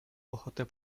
ochotę